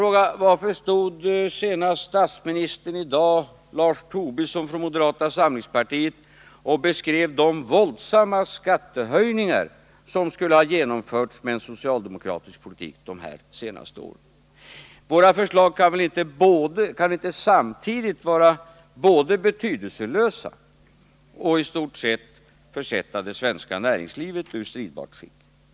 Men varför beskrev då tidigare i dag statsministern och Lars Tobisson från moderata samlingspartiet de våldsamma skattehöjningar som skulle ha genomförts med en socialdemo kratisk politik de senaste åren? Våra förslag kan väl inte samtidigt vara både betydelselösa och i stort sett försätta det svenska näringslivet ur stridbart skick?